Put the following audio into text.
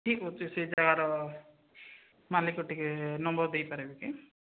ଠିକ୍ ଅଛି ସେଇ ଯାଗାର ମାଲିକ୍ ଟିକେ ନମ୍ବର୍ ଦେଇପାରିବେ କି